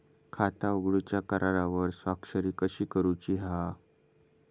खाता उघडूच्या करारावर स्वाक्षरी कशी करूची हा?